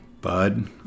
bud